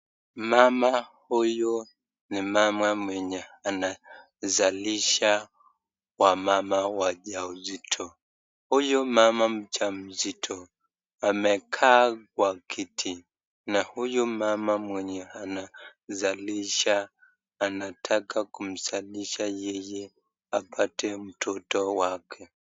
Mama huyu ni mama mwenye anazalisha wamama wajauzito, huyu mama mjamzito amekaa kwa kiti, na huyu mama mwenye anazalisha anataka kumzalisha yeye apate mtoto wake.